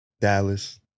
Dallas